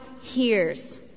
hears